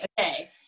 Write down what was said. okay